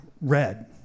red